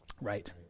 Right